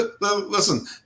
Listen